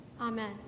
Amen